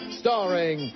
starring